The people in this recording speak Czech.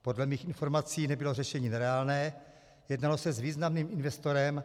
Podle mých informací nebylo řešení nereálné, jednalo se s významným investorem.